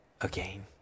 again